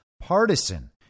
partisan